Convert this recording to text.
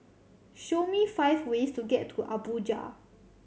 show me five ways to get to Abuja